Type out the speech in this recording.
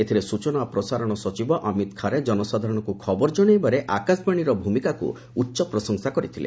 ଏଥିରେ ସୂଚନା ଓ ପ୍ରସାରଣ ସଚିବ ଅମିତ ଖରେ ଜନସାଧାରଣଙ୍କୁ ଖବର ଜଣାଇବାରେ ଆକାଶବାଣୀର ଭୂମିକାକୁ ଉଚ୍ଚପ୍ରଶଂସା କରିଥିଲେ